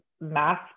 math